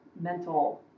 mental